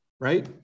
right